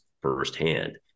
firsthand